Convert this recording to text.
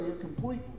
completely